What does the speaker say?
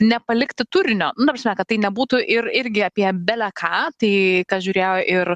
nepalikti turinio nu ta prasme kad tai nebūtų ir irgi apie bele ką tai kas žiūrėjo ir